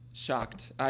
shocked